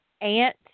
aunt